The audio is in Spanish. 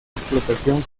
explotación